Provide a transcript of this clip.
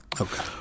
Okay